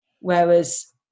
whereas